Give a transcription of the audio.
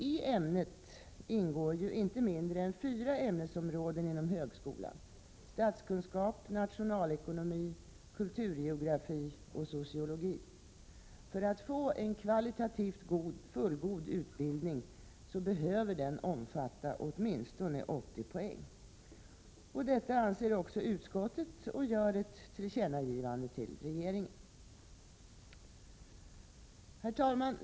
I ämnet ingår ju inte mindre än fyra ämnesområden inom högskolan — statskunskap, nationalekonomi, kulturgeografi och sociologi. För att bli en kvalitativt fullgod utbildning bör den omfatta åtminstone 80 poäng. Detta anser också utskottet och gör ett tillkännagivande till regeringen. Herr talman!